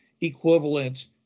equivalent